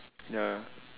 ya